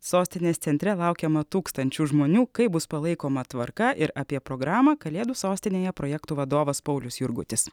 sostinės centre laukiama tūkstančių žmonių kaip bus palaikoma tvarka ir apie programą kalėdų sostinėje projektų vadovas paulius jurgutis